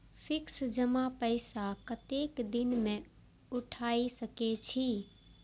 Fix जमा पैसा कतेक दिन में उठाई सके छी?